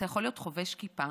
אתה יכול להיות חובש כיפה,